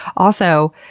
also,